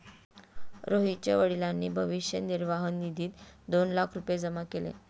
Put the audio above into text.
रोहितच्या वडिलांनी भविष्य निर्वाह निधीत दोन लाख रुपये जमा केले